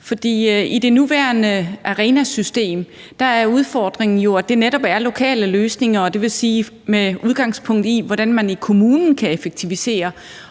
i det nuværende ARENA-system er udfordringen jo, at det netop er lokale løsninger, og det vil sige med udgangspunkt i, hvordan man i kommunen kan effektivisere.